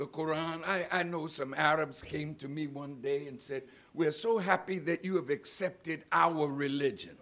the koran i know some arabs came to me one day and said we're so happy that you have accepted our religion